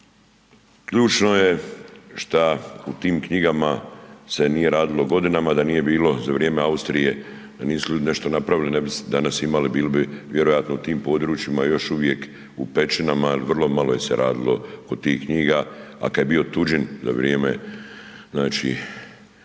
Ključno je što u tim knjigama se nije radilo godinama, da nije bilo za vrijeme Austrije, da nisu ljudi nešto napravili, ne bi danas imali, bili bi vjerojatno u tim područjima još uvijek u pećinama, ali vrlo malo se radilo kod tih knjiga, a kad je bio tuđin za vrijeme Austrije,